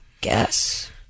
guess